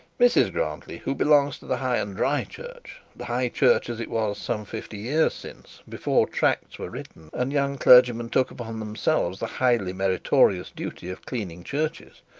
mrs grantly, who belongs to the high and dry church, the high church as it was some fifty years since, before tracts were written and young clergymen took upon themselves the highly meritorious duty of cleaning churches,